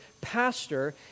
pastor